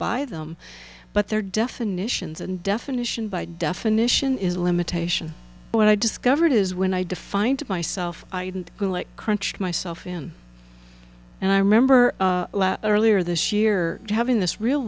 by them but their definitions and definition by definition is a limitation what i discovered is when i defined myself i didn't crunched myself in and i remember earlier this year having this real